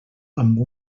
amb